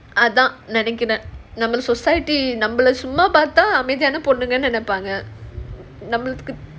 அதான் நெனைக்கிறேன்:adhan nenaikkiraen normal society நம்மள சும்மா பார்த்தா நம்மள அமைதியான பொண்ணுன்னு நினைப்பாங்க:nammala summa paartha nammala amaithiyaana ponnunu nenaipaanga